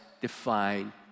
define